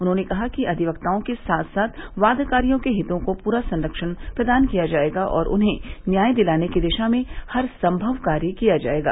उन्होंने कहा कि अधिवक्ताओं के साथ साथ वादकारियों के हितों को पूरा संरक्षण प्रदान किया जायेगा और उन्हें न्याय दिलाने की दिशा में हर संभव कार्य किया जायेगा